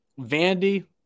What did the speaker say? Vandy